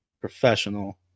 professional